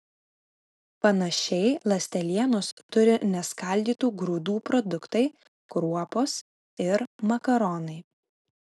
panašiai ląstelienos turi neskaldytų grūdų produktai kruopos ir makaronai